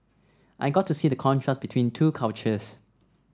I got to see the contrast between two cultures